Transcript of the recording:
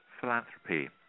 philanthropy